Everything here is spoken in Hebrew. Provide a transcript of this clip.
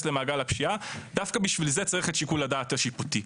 למעגל הפשיעה דווקא בשביל זה צריך את שיקול הדעת השיפוטי.